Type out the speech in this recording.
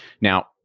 Now